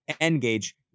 Engage